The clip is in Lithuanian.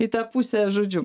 į tą pusę žodžiu